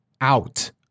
out